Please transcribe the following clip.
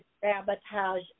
sabotage